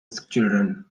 children